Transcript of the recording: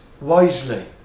wisely